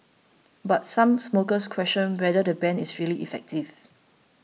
but some smokers question whether the ban is really effective